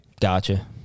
gotcha